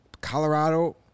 Colorado